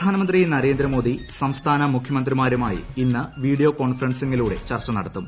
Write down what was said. പ്രധാനമന്ത്രി നരേന്ദ്രമോദി സംസ്ഥാന മൂഖ്യമന്ത്രിമാരുമായി ഇന്ന് വീഡിയോ കോൺഫറൻസിംഗിലൂടെ ചർച്ച നടത്തും